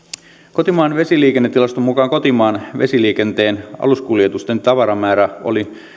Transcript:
kotimaan vesiliikennetilaston mukaan kotimaan vesiliikenteen aluskuljetusten tavaramäärä oli